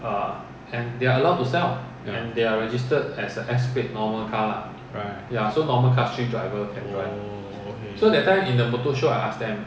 ya right oh okay